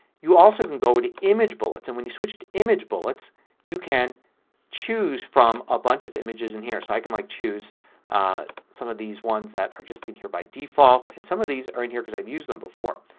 you also can go to image bullets. and when you switch to image bullets you can choose from a bunch of images in here. so i can like choose some of these ones that are just in here by default. some of these are in here because i've used them before.